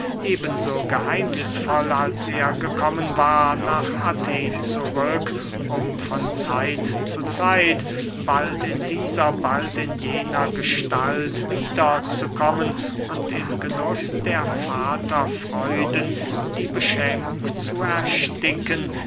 so geheimnisvoll als er gekommen war nach athen zurück um von zeit zu zeit bald in dieser bald in jener gestalt wieder zu kommen und im genuß der vaterfreuden die beschämung zu ersticken